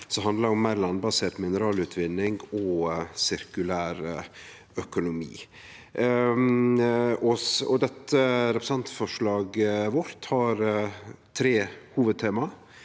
som handlar om meir landbasert mineralutvinning og sirkulærøkonomi. Representantforslaget vårt har tre hovudtema.